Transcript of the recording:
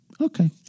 Okay